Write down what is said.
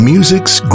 Music's